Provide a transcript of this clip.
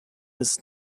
his